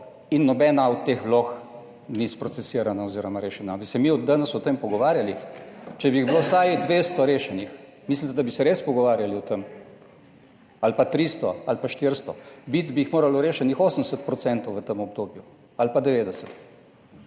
in nobena od teh vlog ni sprocesirana oziroma rešena. Ali bi se mi danes o tem pogovarjali, če bi jih bilo vsaj 200 rešenih, mislim, da bi se res pogovarjali o tem, ali pa 300 ali pa 400, biti bi jih moralo rešenih 80 procentov v tem obdobju ali pa 90?